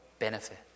Benefit